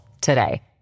today